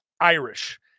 Irish